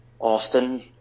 Austin